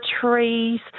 trees